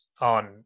on